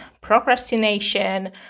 procrastination